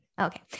Okay